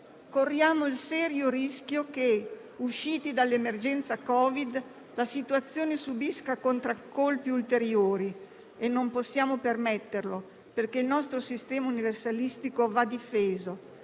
Corriamo il serio rischio che, usciti dall'emergenza Covid, la situazione subisca contraccolpi ulteriori e non possiamo permetterlo, perché il nostro sistema universalistico va difeso,